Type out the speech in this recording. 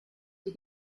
die